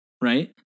right